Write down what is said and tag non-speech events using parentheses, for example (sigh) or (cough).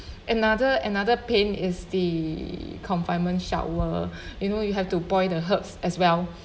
another another pain is the confinement shower (breath) you know you have to boil the herbs as well